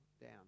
down